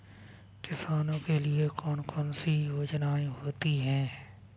किसानों के लिए कौन कौन सी योजनायें होती हैं?